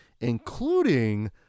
Including